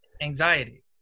anxiety